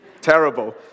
terrible